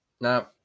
Now